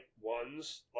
ones